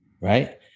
right